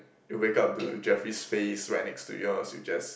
you wake up to Jeffrey's face right next to you I'll suggest